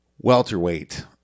welterweight